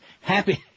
happy